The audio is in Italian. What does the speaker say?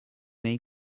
nei